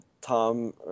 Tom